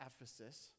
Ephesus